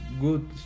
good